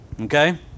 Okay